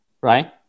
Right